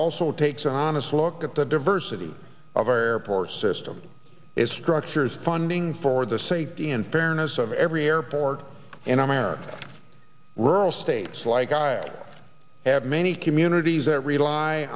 also takes an honest look at the diversity of our airports system is structures funding for the safety and fairness of every airport and i merit rural states like i have many communities that rely